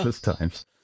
times